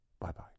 Bye-bye